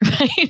right